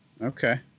Okay